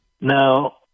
Now